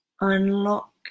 unlock